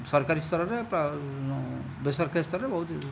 ସରକାରୀ ସ୍ତରରେ ବେସରକାରୀ ସ୍ତରରେ ବହୁତ